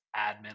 admin